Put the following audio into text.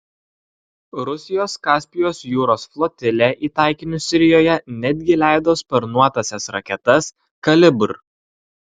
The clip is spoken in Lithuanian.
rusijos kaspijos jūros flotilė į taikinius sirijoje netgi leido sparnuotąsias raketas kalibr